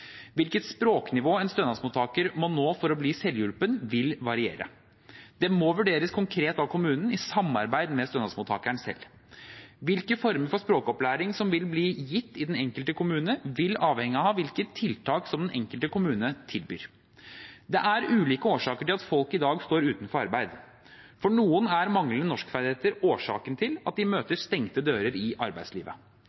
Hvilket språknivå en stønadsmottaker må nå for å bli selvhjulpen, vil variere. Det må vurderes konkret av kommunen i samarbeid med stønadsmottakeren selv. Hvilke former for språkopplæring som vil bli gitt i den enkelte kommune, vil avhenge av hvilke tiltak den enkelte kommune tilbyr. Det er ulike årsaker til at folk i dag står utenfor arbeid. For noen er manglende norskferdigheter årsaken til at de